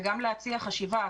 וגם להציע חשיבה.